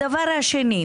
הדבר השני,